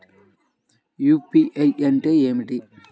UPI అంటే ఏమిటీ?